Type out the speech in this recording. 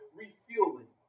refueling